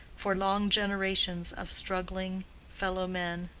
for long generations of struggling fellow-men.